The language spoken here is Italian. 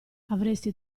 avresti